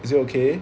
is it okay